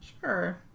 Sure